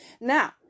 Now